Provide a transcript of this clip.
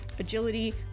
agility